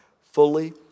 fully